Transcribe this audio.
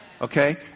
Okay